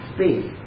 Space